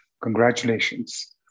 Congratulations